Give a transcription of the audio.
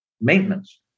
Maintenance